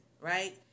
right